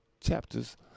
Chapters